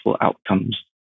outcomes